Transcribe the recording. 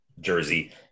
jersey